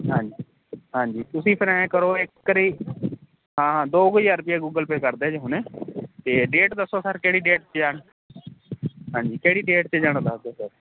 ਹਾਂਜੀ ਹਾਂਜੀ ਤੁਸੀਂ ਫੇਰ ਐਂ ਕਰੋ ਇੱਕ ਅਰੀ ਹਾਂ ਹਾਂ ਦੋ ਹਜਾਰ ਰੁਪਈਆ ਗੂਗਲ ਪੇਅ ਕਰ ਦਿਆ ਜੇ ਹੁਣੇ ਤੇ ਡੇਟ ਦੱਸੋ ਸਰ ਕਿਹੜੀ ਡੇਟ ਤੇ ਜਾਣਾ ਹਾਂਜੀ ਕਿਹੜੀ ਡੇਟ ਤੇ ਜਾਣਾ ਸਰ